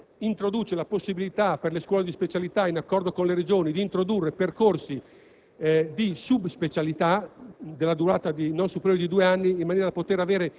era abolita. L'articolo 11 introduce la possibilità per le scuole di specializzazione, in accordo con le Regioni, di introdurre percorsi